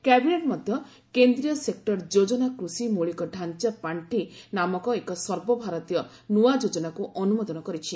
cabinet ମଧ୍ୟ କେନ୍ଦ୍ରୀୟ sector ଯୋଜନା କୃଷି ମୌଳିକ ଢାଞ୍ଚା ପାଖି ନାମକ ଏକ ସର୍ବଭାରତୀୟ ନୂଆ ଯୋଜନାକୁ ଅନୁମୋଦନ କରିଛି